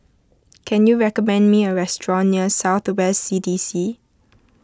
can you recommend me a restaurant near South West C D C